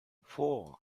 four